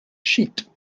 sheet